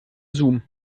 zoom